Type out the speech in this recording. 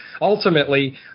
ultimately